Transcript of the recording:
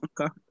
Okay